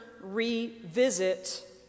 revisit